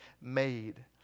made